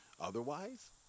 Otherwise